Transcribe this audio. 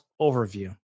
overview